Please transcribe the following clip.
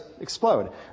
explode